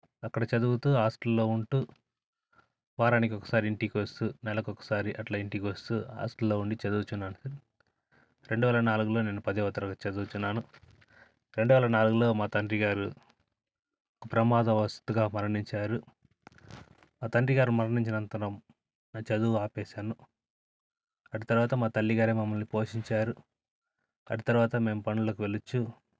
అక్కడ చదువుతు హాస్టల్లో ఉంటు వారానికి ఒకసారి ఇంటికి వస్తు నెలకు ఒకసారి అట్ల ఇంటికి వస్తు హాస్టల్లో ఉండి చదువుతున్నాను సార్ రెండు వేల నాలుగులో నేను పదవ తరగతి చదువుతున్నాను రెండు వేల నాలుగులో మా తండ్రిగారు ఒక ప్రమాద వస్తుగా మరణించారు మా తండ్రిగారు మరణించిన అంతరం నా చదువు ఆపేసాను అటు తర్వాత మా తల్లి గారే మమ్మల్ని పోషించారు అటు తర్వాత మేము పనులకు వెళ్ళచ్చు